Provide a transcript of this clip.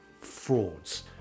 frauds